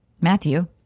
Matthew